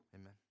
amen